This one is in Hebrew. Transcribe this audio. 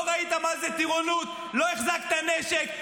לא ראית מה זה טירונות ולא החזקת נשק,